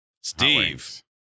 Steve